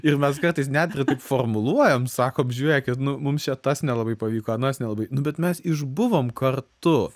ir mes kartais net ir taip formuluojam sakom žiūrėkit nu mums čia tas nelabai pavyko anas nelabai nu bet mes išbuvom kartu